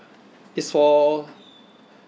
it's for